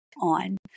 on